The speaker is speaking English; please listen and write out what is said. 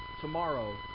tomorrow